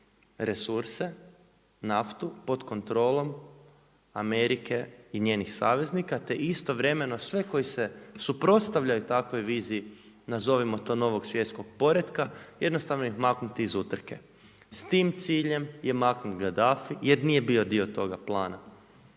resurse, naftu pod kontrolom Amerike i njenih saveznika, te istovremeno sve koji se suprotstavljaju takvoj viziji, nazovimo to novog svjetskog poretka, jednostavno ih maknuti iz utrke. S tim ciljem je maknut Gaddafi, jer nije bio dio toga plana.